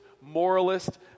moralist